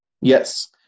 Yes